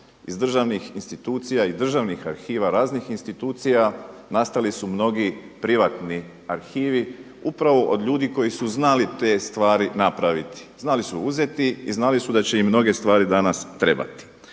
Iz državnih institucija i državnih arhiva raznih institucija nastali su mnogi privatni arhivi upravo od ljudi koji su znali te stvari napraviti. Znali su uzeti i znali su da će im mnoge stvari danas trebati.